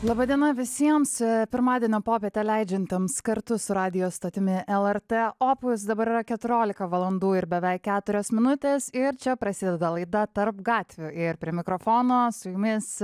laba diena visiems pirmadienio popietę leidžiantiems kartu su radijo stotimi lrt opus dabar yra keturiolika valandų ir beveik keturios minutės ir čia prasideda laida tarp gatvių ir prie mikrofono su jumis